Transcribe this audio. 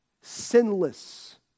sinless